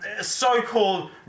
so-called